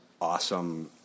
awesome